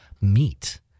meat